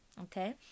Okay